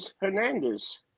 Hernandez